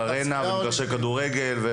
ארנה ומגרשי כדורגל.